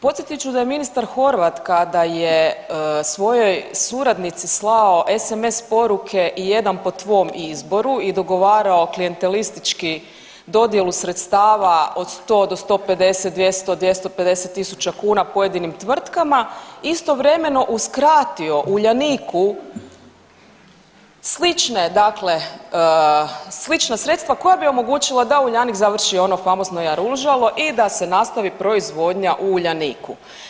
Podsjetit ću da je ministar Horvat kada je svojoj suradnici slao sms poruke i jedan po tvom izboru i dogovarao klijentelistički dodjelu sredstava od 100 do 150, 200, 2500000 kuna pojedinim tvrtkama istovremeno uskratio Uljaniku slična sredstava koja bi omogućila da Uljanik završi ono famozno jaružalo i da se nastavi proizvodnja u Uljaniku.